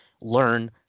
learn